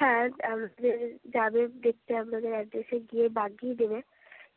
হ্যাঁ যাবে দেখতে আপনাদের অ্যাড্রেসে গিয়ে বাগিয়ে দেবে